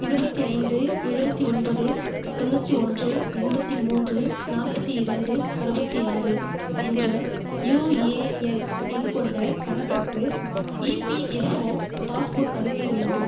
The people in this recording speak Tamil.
இருபத்து ஐந்து எழுபத்தி ஒன்பது தொண்ணூற்றி ஒன்று எண்பத்தி மூன்று நாற்பத்து இரண்டு அறுபத்தி ஆறு என்ற யூஏஎன் எண் கொண்ட கணக்குக்கு இபிஃப்ஓ பாஸ் புக் அறிக்கை வேண்டும்